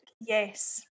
yes